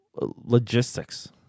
logistics